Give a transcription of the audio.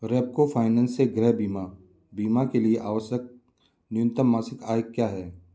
Repco finance से गृह बीमा बीमा के लिए आवश्यक न्यूनतम मासिक आय क्या है